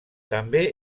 també